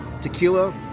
tequila